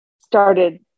started